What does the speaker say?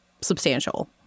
substantial